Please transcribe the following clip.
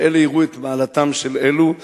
שאלה יראו את מעלתם של אלו,